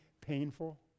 painful